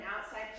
outside